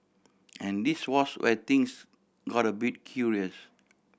and this was where things got a bit curious